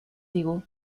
digu